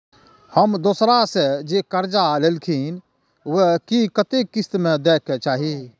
हम दोसरा से जे कर्जा लेलखिन वे के कतेक किस्त में दे के चाही?